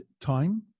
time